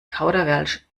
kauderwelsch